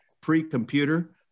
pre-computer